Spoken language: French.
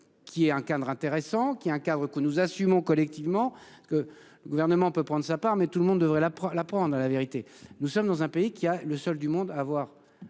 Qui est un cadre intéressant qui encadre que nous assumons collectivement que le gouvernement peut prendre sa part. Mais tout le monde devrait là la prendre à la vérité, nous sommes dans un pays qui a le seul du monde à avoir